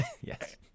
Yes